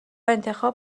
انتخاب